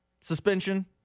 suspension